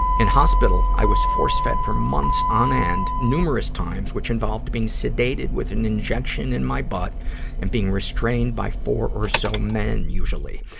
in hospital, i was force fed for months on end numerous times, which involved being sedated with an injection in my butt and being restrained by four or so men usually.